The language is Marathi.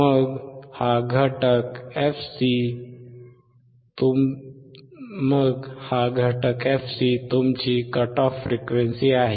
मग हा घटक fc हर्ट्झमधील तुमची कटऑफ फ्रीक्वेंसी आहे